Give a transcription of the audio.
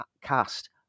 cast